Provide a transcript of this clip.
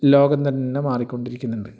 ലോകം തന്നെ മാറിക്കൊണ്ടിരിക്കുന്നുണ്ട്